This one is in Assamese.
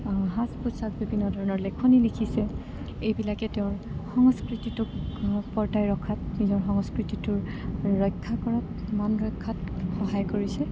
সাজ পোছাক বিভিন্ন ধৰণৰ লেখনি লিখিছে এইবিলাকে তেওঁৰ সংস্কৃতিটোক বৰ্তাই ৰখাত নিজৰ সংস্কৃতিটোৰ ৰক্ষা কৰাত মান ৰক্ষাত সহায় কৰিছে